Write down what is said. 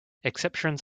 exceptions